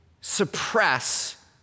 suppress